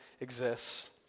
exists